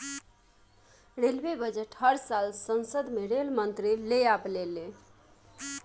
railway budget हर साल संसद में रेल मंत्री ले आवेले ले